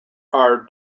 are